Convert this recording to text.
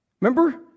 Remember